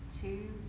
two